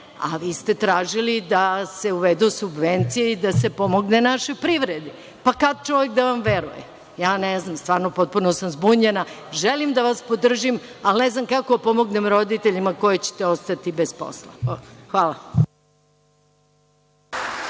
a vi ste tražili da se uvedu subvencije i da se pomogne našoj privredi. Pa kako čovek da vam veruje? Ne znam, potpuno sam zbunjena. Želim da vas podržim, ali ne znam kako da pomognem roditeljima koje ćete ostaviti bez posla. Hvala.